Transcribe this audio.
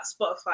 Spotify